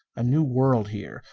a new world here.